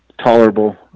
tolerable